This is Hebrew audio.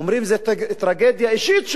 זו טרגדיה אישית שלו,